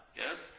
yes